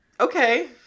okay